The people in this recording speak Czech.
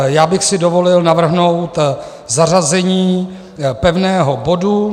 Já bych si dovolil navrhnout zařazení pevného bodu.